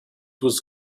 was